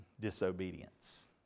disobedience